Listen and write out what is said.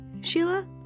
Sheila